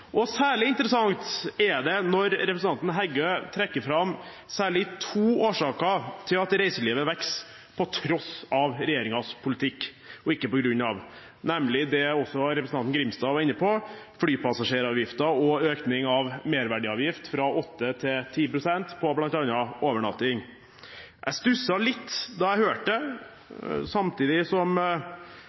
Særlig interessant er det når representanten Heggø trekker fram særlig to årsaker til at reiselivet vokser på tross av og ikke på grunn av regjeringens politikk, nemlig det også representanten Grimstad var inne på, flypassasjeravgiften og økning av merverdiavgift fra 8 til 10 pst. på bl.a. overnatting. Jeg stusset litt da jeg hørte det. Samtidig som